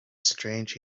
strange